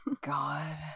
God